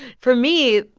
for me,